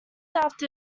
after